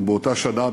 ובאותה שנה,